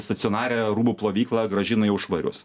stacionarią rūbų plovyklą grąžina jau švarius